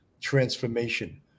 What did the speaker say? transformation